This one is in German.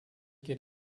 geht